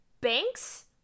Banks